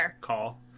call